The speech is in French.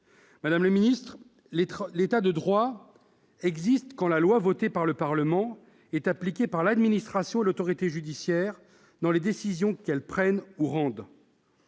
Madame la ministre, l'État de droit existe quand la loi votée par le Parlement est appliquée par l'administration et l'autorité judiciaire dans les décisions qu'elles prennent ou rendent.